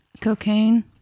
Cocaine